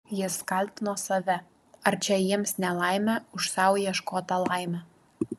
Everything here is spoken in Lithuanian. jis kaltino save ar čia jiems nelaimė už sau ieškotą laimę